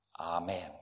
Amen